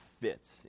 fits